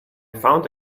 found